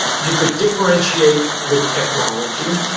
you could differentiate with technology.